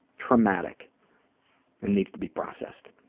traumatic and needs to be processed.